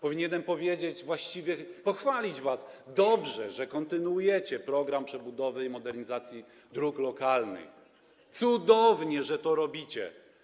Powinienem powiedzieć, właściwie pochwalić was: dobrze, że kontynuujecie program przebudowy i modernizacji dróg lokalnych, cudownie, że to robicie.